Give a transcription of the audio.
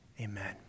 Amen